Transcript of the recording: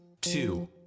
two